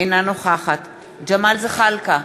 אינה נוכחת ג'מאל זחאלקה,